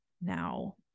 now